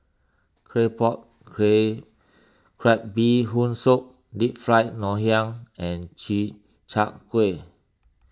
Claypot Crab Bee Hoon Soup Deep Fried Ngoh Hiang and Chi Kak Kuih